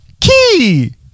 key